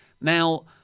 now